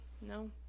no